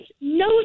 no